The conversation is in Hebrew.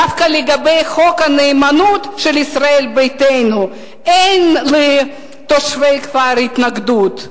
דווקא לגבי חוק הנאמנות של ישראל ביתנו אין לתושבי הכפר התנגדות.